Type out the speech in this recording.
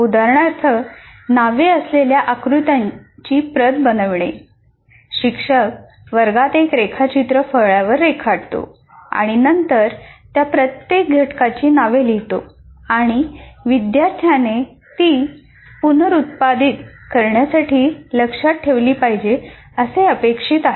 उदाहरणार्थ नावे असलेल्या आकृत्याची प्रत बनविणे शिक्षक वर्गात एक रेखाचित्र फळ्यावर रेखाटतो आणि नंतर त्या प्रत्येक घटकाची नवे लिहितो आणि विद्यार्थ्याने ती पुनरुत्पादित करण्यासाठी लक्षात ठेवली पाहिजेत असे अपेक्षित आहे